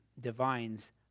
divines